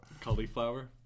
cauliflower